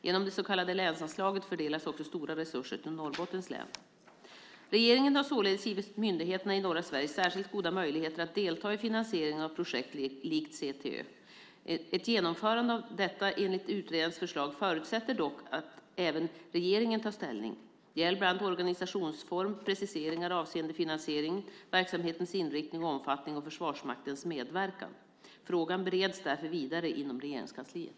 Genom det så kallade länsanslaget fördelas också stora resurser till Norrbottens län. Regeringen har således givit myndigheterna i norra Sverige särskilt goda möjligheter att delta i finansieringen av projekt likt CTÖ. Ett genomförande av detta enligt utredarens förslag förutsätter dock att även regeringen tar ställning. Det gäller bland annat organisationsform, preciseringar avseende finansiering, verksamhetens inriktning och omfattning och Försvarsmaktens medverkan. Frågan bereds därför vidare inom Regeringskansliet.